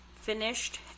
finished